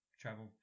travel